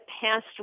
past